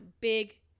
big